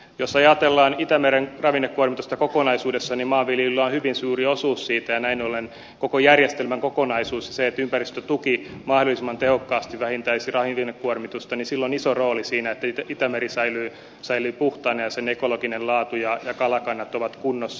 jos ajatellaan itämeren ravinnekuormitusta kokonaisuudessa niin maanviljelyllä on hyvin suuri osuus siitä ja näin ollen koko järjestelmän kokonaisuudella ja sillä että ympäristötuki mahdollisimman tehokkaasti vähentäisi ravinnekuormitusta on iso rooli siinä että itämeri säilyy puhtaana ja sen ekologinen laatu ja kalakannat ovat kunnossa